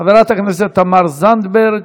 חברת הכנסת תמר זנדברג,